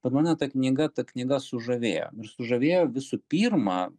bet mane ta knyga ta knyga sužavėjo ir sužavėjo visų pirma